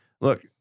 Look